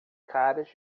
caras